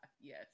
Yes